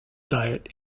diet